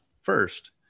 first